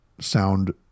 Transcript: sound